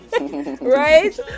Right